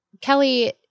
Kelly